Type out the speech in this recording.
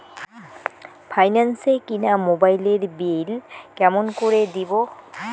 Finance এ কিনা মোবাইলের বিল কেমন করে দিবো?